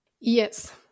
Yes